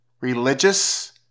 religious